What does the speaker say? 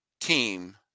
team